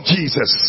Jesus